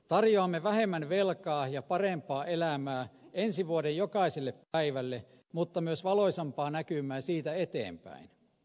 tarjoamme vähemmän velkaa ja parempaa elämää ensi vuoden jokaiselle päivälle mutta myös valoisampaa näkymää siitä eteenpäin